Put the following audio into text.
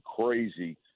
crazy